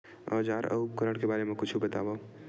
औजार अउ उपकरण के बारे मा कुछु बतावव?